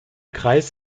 kreis